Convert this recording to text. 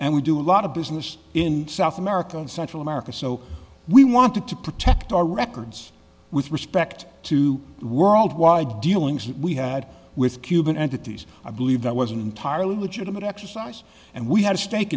and we do a lot of business in south america and central america so we wanted to protect our records with respect to worldwide dealings that we had with cuban entities i believe that was an entirely legitimate exercise and we had a stak